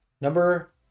number